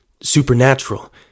supernatural